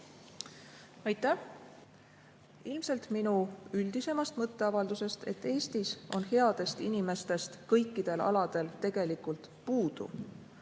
Aitäh! Ilmselt minu üldisemast mõtteavaldusest, et Eestis on headest inimestest kõikidel aladel tegelikult puudu,